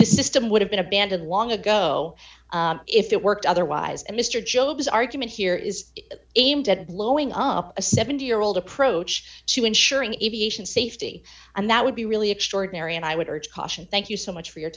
the system would have been abandoned long ago if it worked otherwise and mr job's argument here is aimed at blowing up a seventy year old approach to ensuring aviation safety and that would be really extraordinary and i would urge caution thank you so much for your